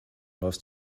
läufst